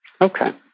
Okay